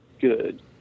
good